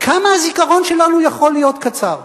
כמה הזיכרון שלנו יכול להיות קצר?